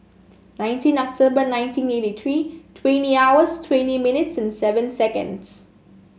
nineteen October nineteen eighty three twenty hours twenty minutes and seven seconds